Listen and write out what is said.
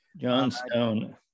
Johnstone